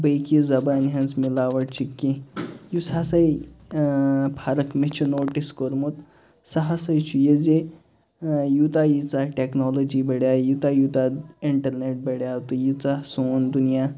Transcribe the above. بیٚکہِ زبٲنۍ ہٕنٛز مِلاوَٹھ چھِ کیٚنٛہہ یُس ہسا فرق مےٚ چھِ نوٹٕس کوٚرمُت سٔہ ہسا چھِ یہِ زِ یوٗتاہ ییٖژاہ ٹیکنالجی بڈیے یوٗتاہ یوٗتاہ اِنٛٹَرنٮ۪ٹ بڈیو تہٕ ییٖژاہ سون دُنیا